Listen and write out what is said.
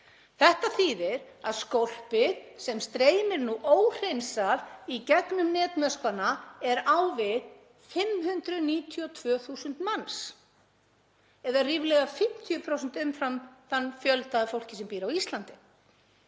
Þetta þýðir að skólpið sem streymir nú óhreinsað í gegnum netmöskvana er á við 592.000 manns, eða ríflega 50 prósent umfram þann fjölda af fólki sem býr á Íslandi.